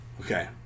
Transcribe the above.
Okay